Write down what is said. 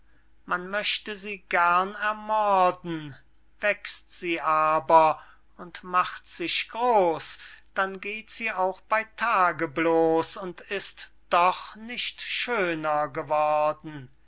man möchte sie gern ermorden wächst sie aber und macht sich groß dann geht sie auch bey tage bloß und ist doch nicht schöner geworden